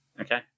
Okay